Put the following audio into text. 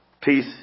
Peace